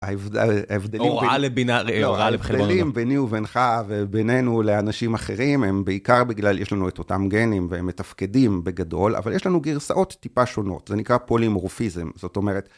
ההבדלים ביני ובינך ובינינו לאנשים אחרים הם בעיקר בגלל יש לנו את אותם גנים והם מתפקדים בגדול, אבל יש לנו גרסאות טיפה שונות, זה נקרא פולימורופיזם, זאת אומרת...